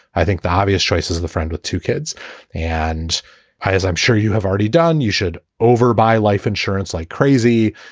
i think the obvious choices of the friend with two kids and high as i'm sure you have already done, you should over buy life insurance like crazy.